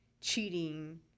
cheating